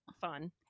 fun